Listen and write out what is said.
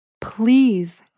please